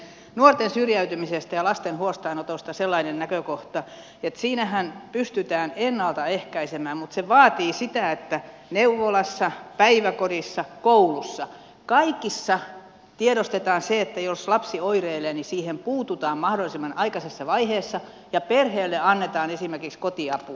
nuorten syrjäytymisestä ja lasten huostaanotosta sellainen näkökohta että siinähän pystytään ennalta ehkäisemään mutta se vaatii sitä että neuvolassa päiväkodissa koulussa kaikissa tiedostetaan että jos lapsi oireilee siihen puututaan mahdollisimman aikaisessa vaiheessa ja perheelle annetaan esimerkiksi kotiapua